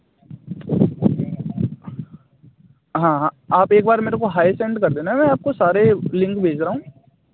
हाँ हाँ आप एक बार मेरे को हाय सेंड कर देना मैं आपको सारे लिंक भेज दे रहा हूँ